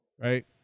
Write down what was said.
right